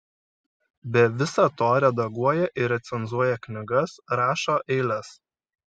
be viso to redaguoja ir recenzuoja knygas rašo eiles